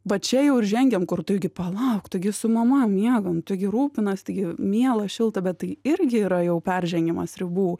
va čia jau ir žengiam kur tu gi palauk tai gi su mama miegam taigi rūpinas taigi miela šilta bet tai irgi yra jau peržengimas ribų